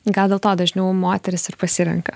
gal dėl to dažniau moterys ir pasirenka